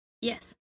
Yes